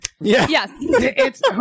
Yes